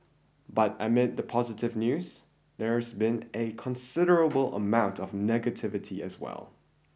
but amid the positive news there's been a considerable amount of negativity as well